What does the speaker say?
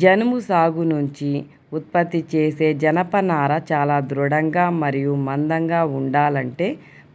జనుము సాగు నుంచి ఉత్పత్తి చేసే జనపనార చాలా దృఢంగా మరియు మందంగా ఉండాలంటే